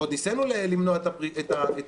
ועוד ניסינו למנוע את הפיזור.